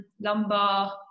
lumbar